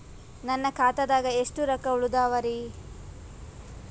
ನನ್ನ ಖಾತಾದಾಗ ಎಷ್ಟ ರೊಕ್ಕ ಉಳದಾವರಿ?